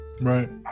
Right